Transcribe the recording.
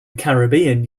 caribbean